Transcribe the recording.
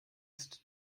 ist